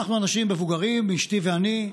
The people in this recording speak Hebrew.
אנחנו אנשים מבוגרים, אשתי ואני,